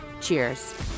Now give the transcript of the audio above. Cheers